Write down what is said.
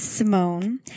Simone